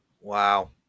Wow